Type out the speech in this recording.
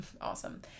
Awesome